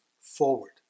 forward